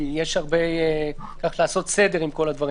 כי צריך לעשות סדר בכל הדברים.